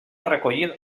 recollit